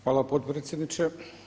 Hvala potpredsjedniče.